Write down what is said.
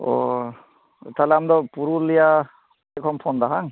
ᱚᱻ ᱛᱟᱦᱚᱞᱮ ᱟᱢ ᱫᱚ ᱯᱩᱨᱩᱞᱤᱭᱟ ᱥᱮᱫ ᱠᱷᱚᱱ ᱮᱢ ᱯᱷᱳᱱᱫᱟ ᱵᱟᱝ